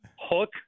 hook